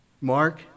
Mark